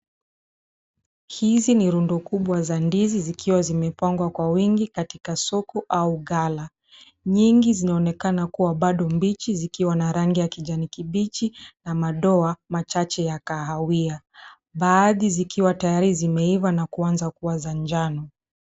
Hizi ni rundo kubwa za ndizi zikiwa zimepangwa kwa wingi, katika soko au gala. Nyingi zinaonekana kuwa bado mbichi, zikiwa na rangi ya kijani kibichi na madoa machache ya kahawia. Baadhi zikiwa tayari zimeiva na zimeanza kuwa za njano.